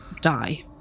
die